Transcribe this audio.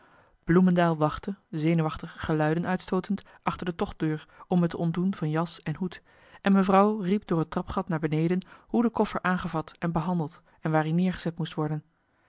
bloemendael wachtte zenuwachtig geluiden uitstootend achter de tochtdeur om me te ontdoen van jas en hoed en mevrouw riep door het trapgat naar beneden hoe de koffer aangevat en behandeld en waar i neergezet moest worden